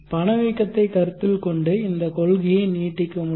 பணவீக்கத்தைக் கருத்தில் கொண்டு இந்த கொள்கையை நீட்டிக்க முடியும்